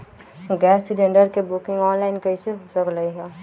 Gas cylinder के booking online कईसे हो सकलई ह?